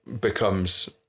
becomes